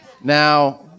Now